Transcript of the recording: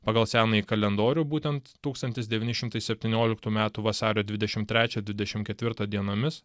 pagal senąjį kalendorių būtent tūkstantis devyni šimtai septynioliktų metų vasario dvidešimt trečią dvidešimt ketvirtą dienomis